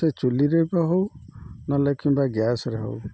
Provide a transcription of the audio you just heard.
ସେ ଚୁଲିରେ ବି ହେଉ ନହେଲେ କିମ୍ବା ଗ୍ୟାସରେ ହେଉ